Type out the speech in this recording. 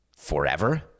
forever